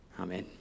Amen